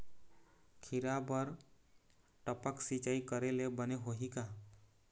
खिरा बर टपक सिचाई करे ले बने होही का?